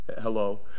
Hello